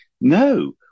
No